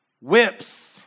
whips